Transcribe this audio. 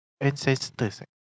Ancestors